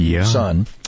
son